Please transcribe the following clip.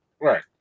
Right